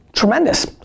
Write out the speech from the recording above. Tremendous